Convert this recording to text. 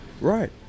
right